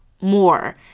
more